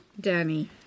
Danny